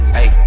Hey